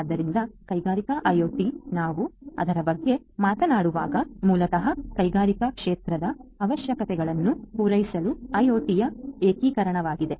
ಆದ್ದರಿಂದ ಕೈಗಾರಿಕಾ ಐಒಟಿ ನಾವು ಅದರ ಬಗ್ಗೆ ಮಾತನಾಡುವಾಗ ಮೂಲತಃ ಕೈಗಾರಿಕಾ ಕ್ಷೇತ್ರದ ಅವಶ್ಯಕತೆಗಳನ್ನು ಪೂರೈಸಲು ಐಒಟಿಯ ಏಕೀಕರಣವಾಗಿದೆ